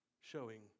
showing